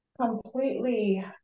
completely